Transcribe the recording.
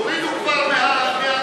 הורידו כבר מהדוכן.